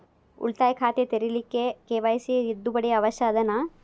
ಉಳಿತಾಯ ಖಾತೆ ತೆರಿಲಿಕ್ಕೆ ಕೆ.ವೈ.ಸಿ ತಿದ್ದುಪಡಿ ಅವಶ್ಯ ಅದನಾ?